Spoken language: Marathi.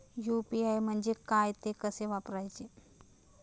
यु.पी.आय म्हणजे काय, ते कसे वापरायचे?